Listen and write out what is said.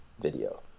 video